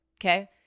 Okay